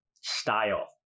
style